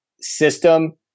system